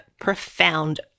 profound